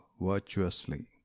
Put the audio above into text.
virtuously